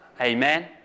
Amen